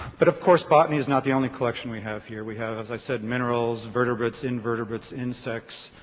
but of course botany is not the only collection we have here. we have, as i said, minerals, vertebrates, invertebrates, insects,